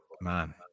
man